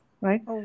right